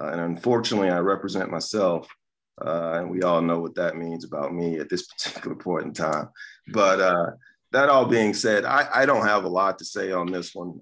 unfortunately i represent myself and we all know what that means about me at this point in time but that all being said i don't have a lot to say on this one